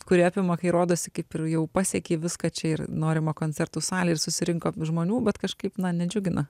kuri apima kai rodosi kaip ir jau pasiekei viską čia ir norimą koncertų salę ir susirinko žmonių bet kažkaip na nedžiugina